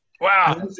Wow